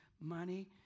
money